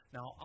Now